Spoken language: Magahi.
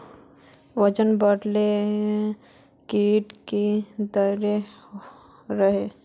वजन बढे ले कीड़े की देके रहे?